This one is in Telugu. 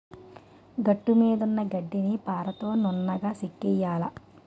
గట్టుమీదున్న గడ్డిని పారతో నున్నగా చెక్కియ్యాల